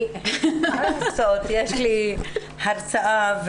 יש לי הרצאה.